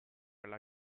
alla